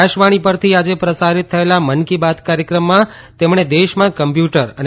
આકાશવાણી પરથી આજે પ્રસારિત થયેલા મન કી બાત કાર્યક્રમમાં તેમણે દેશમાં કમ્પ્યુટર અને